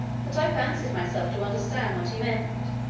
that i fancied myself to understand what he meant